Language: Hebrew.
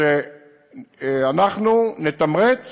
שאנחנו נתמרץ